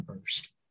first